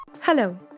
Hello